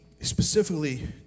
specifically